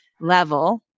level